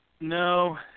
No